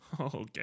okay